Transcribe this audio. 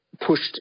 pushed